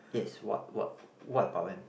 yes what what what about them